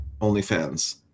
OnlyFans